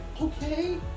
okay